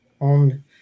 on